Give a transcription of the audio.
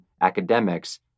academics